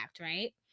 right